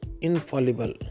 infallible